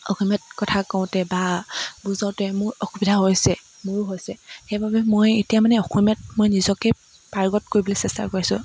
অসমীয়াত কথা কওঁতে বা বুজাওঁতে মোৰ অসুবিধা হৈছে মোৰো হৈছে সেইবাবে মই এতিয়া মানে অসমীয়াত মই নিজকে পাৰ্গত কৰিবলৈ চেষ্টা কৰি আছো